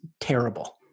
terrible